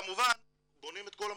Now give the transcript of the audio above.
כמובן בונים את כל המסלולים.